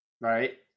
right